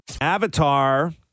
avatar